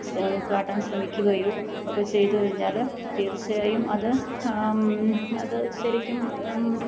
അത് കാട്ടാൻ ശ്രമിക്കുകയോ ഒക്കെ ചെയ്തു കഴിഞ്ഞാൽ തീർച്ചയായും അത് അത് ശരിക്കും